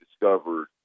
discovered